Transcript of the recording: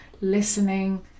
listening